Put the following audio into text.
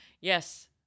Yes